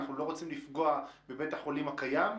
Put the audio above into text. אנחנו לא רוצים לפגוע בבית החולים הקיים.